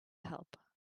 help